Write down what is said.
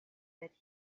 that